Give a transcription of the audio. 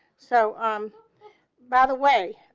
so um by the way,